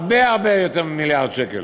הרבה הרבה יותר ממיליארד שקל.